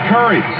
Curry